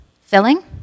filling